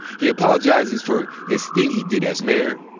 he apologizes for this thing he did as mayor.